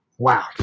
wow